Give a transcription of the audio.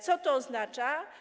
Co to oznacza?